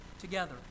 together